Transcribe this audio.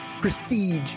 prestige